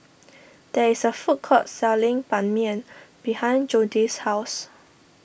there is a food court selling Ban Mian behind Jodi's house